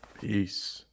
Peace